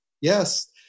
Yes